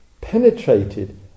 penetrated